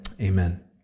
amen